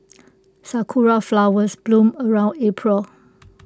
Sakura Flowers bloom around April